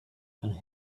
and